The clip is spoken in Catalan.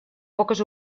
poques